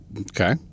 Okay